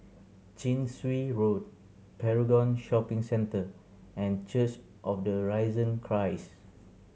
Chin Swee Road Paragon Shopping Centre and Church of the Risen Christ